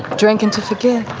drinking to forget.